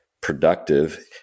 productive